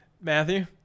Matthew